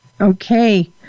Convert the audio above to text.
Okay